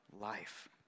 life